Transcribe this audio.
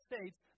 States